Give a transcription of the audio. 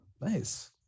Nice